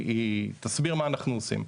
היא תסביר מה אנחנו עושים.